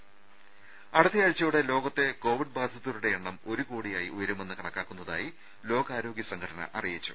രുമ അടുത്ത ആഴ്ചയോടെ ലോകത്തെ കോവിഡ് ബാധിതരുടെ എണ്ണം ഒരു കോടിയായി ഉയരുമെന്ന് കണക്കാക്കുന്നതായി ലോകാരോഗ്യ സംഘടന അറിയിച്ചു